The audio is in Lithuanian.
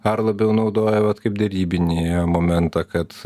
ar labiau naudoja vat kaip derybinį momentą kad